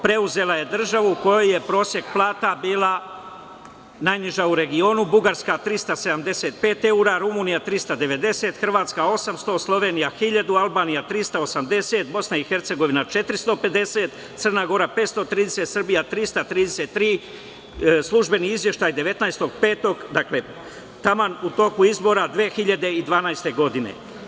Preuzela je državu u kojoj je prosek plata bila najniža u regionu, Bugarska 375 eura, Rumunija 390, Hrvatska 800, Slovenija 1.000, Albanija 380, BiH 450, Crna Gora 530, Srbija 333, službeni izveštaj 19.5, dakle u toku izbora 2012. godine.